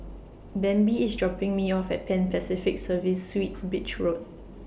Bambi IS dropping Me off At Pan Pacific Serviced Suites Beach Road